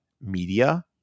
media